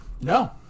No